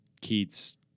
Keats